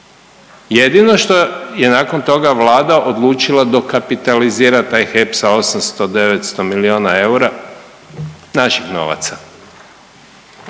Jedino što je nakon toga Vlada odlučila dokapitalizirat taj HEP sa 800-900 milijuna eura naših novaca,